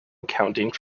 accounting